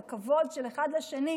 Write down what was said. על כבוד של אחד לשני.